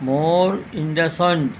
মোৰ ইণ্ডাছইণ্ড